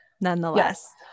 nonetheless